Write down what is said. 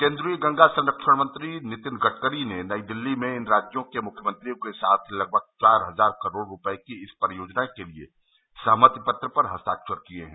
केंद्रीय गंगा संरक्षण मंत्री नितिन गडकरी ने नई दिल्ली में इन राज्यों के मुख्यमंत्रियों के साथ लगभग चार हजार करोड़ रूपये की इस परियोजना के लिए सहमति पत्र पर हस्ताक्षर किये हैं